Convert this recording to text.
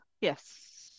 Yes